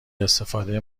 استفاده